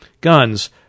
Guns